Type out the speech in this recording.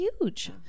huge